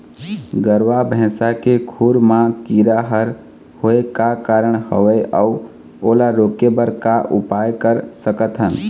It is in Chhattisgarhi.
गरवा भैंसा के खुर मा कीरा हर होय का कारण हवए अऊ ओला रोके बर का उपाय कर सकथन?